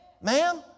ma'am